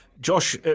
Josh